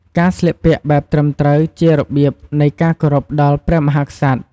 ការស្លៀកពាក់បែបត្រឹមត្រូវជារបៀបនៃការគោរពដល់ព្រះមហាក្សត្រ។